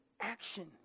action